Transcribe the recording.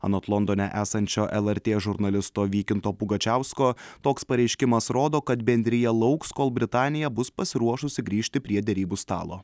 anot londone esančio lrt žurnalisto vykinto pugačiausko toks pareiškimas rodo kad bendrija lauks kol britanija bus pasiruošusi grįžti prie derybų stalo